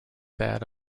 that